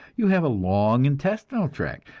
you have a long intestinal tract,